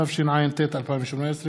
התשע"ט 2018,